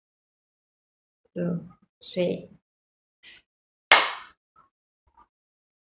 two three